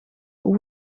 ubu